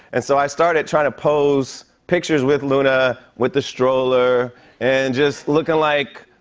and so i started trying to pose pictures with luna with the stroller and just looking like,